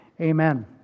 amen